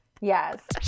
Yes